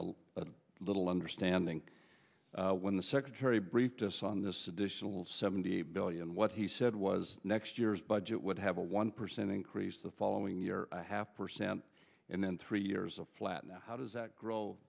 a little understanding when the secretary briefed us on this additional seventy billion what he said was next year's budget would have a one percent increase the following year a half percent and then three years a flat now how does that gr